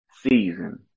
season